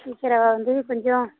teacher அவள் வந்து கொஞ்சம்